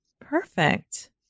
Perfect